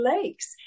lakes